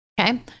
Okay